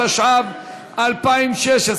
התשע"ו 2016,